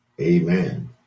Amen